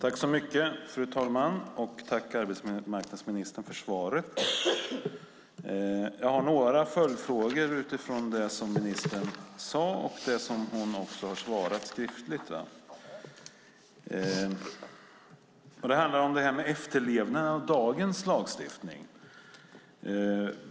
Fru talman! Tack, arbetsmarknadsministern, för svaret! Jag har några följdfrågor utifrån det som ministern har svarat. Det handlar om efterlevnad av dagens lagstiftning.